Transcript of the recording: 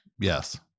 Yes